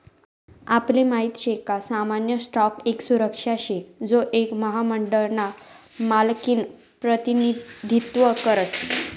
आपले माहित शे का सामान्य स्टॉक एक सुरक्षा शे जो एक महामंडळ ना मालकिनं प्रतिनिधित्व करस